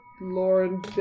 Lauren